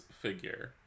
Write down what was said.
figure